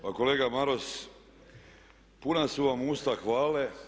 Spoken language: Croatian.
Pa kolega Maras, puna su vam usta hvale.